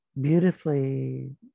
beautifully